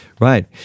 right